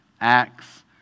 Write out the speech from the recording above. Acts